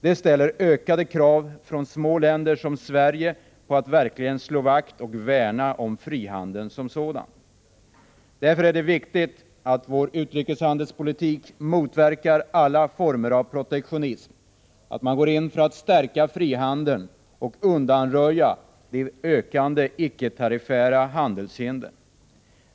Det ställer ökade krav på små länder som Sverige att verkligen slå vakt om och värna frihandeln som sådan. Därför är det viktigt att vår utrikeshandelspolitik motverkar alla former av protektionism och att man går in för att stärka frihandeln och undanröja de ökande icke perifera handelshindren.